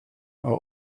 are